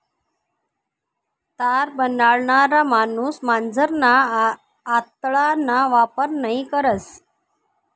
तार बनाडणारा माणूस मांजरना आतडाना वापर नयी करस